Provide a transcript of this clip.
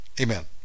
Amen